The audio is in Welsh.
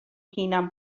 hunan